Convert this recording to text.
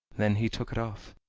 then he took it off,